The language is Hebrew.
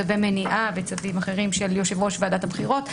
צווי מניעה וצווים אחרים של יושב-ראש ועדת הבחירות,